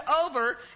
over